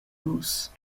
nus